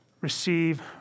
receive